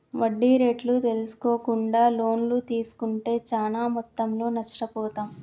వడ్డీ రేట్లు తెల్సుకోకుండా లోన్లు తీస్కుంటే చానా మొత్తంలో నష్టపోతాం